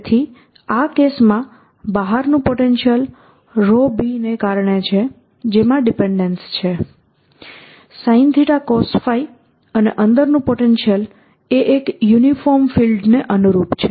તેથી આ કેસમાં બહારનું પોટેન્શિયલ b ને કારણે છે જેમાં ડીપેન્ડેન્સ છે sinθ cosϕ અને અંદરનું પોટેન્શિયલ એ એક યુનિફોર્મ ફિલ્ડ ને અનુરૂપ છે